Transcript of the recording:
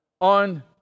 on